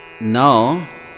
Now